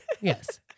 Yes